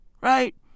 Right